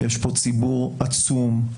יש פה ציבור עצום,